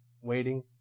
waiting